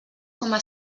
coma